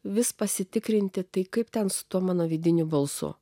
vis pasitikrinti tai kaip ten su tuo mano vidiniu balsu